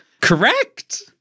Correct